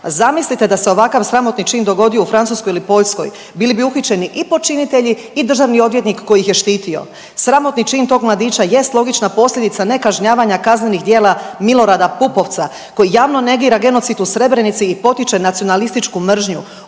zamislite da se ovakav sramotni čin dogodio u Francuskoj ili Poljskoj, bili bi uhićeni i počinitelji i državni odvjetnik koji ih je štitio. Sramotni čin tog mladića jest logična posljedica nekažnjavanja kaznenih djela Milorada Pupovca koji javno negira genocid u Srebrenici i potiče nacionalističku mržnju